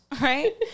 Right